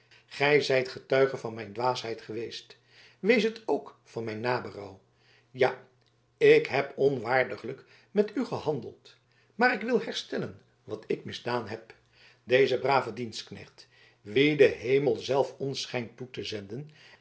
gij zijt getuige van mijn dwaasheid geweest wees het ook van mijn naberouw ja ik heb onwaardiglijk met u gehandeld maar ik wil herstellen wat ik misdaan heb deze brave dienstknecht wien de hemel zelf ons schijnt toe te zenden